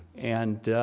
and,